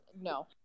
no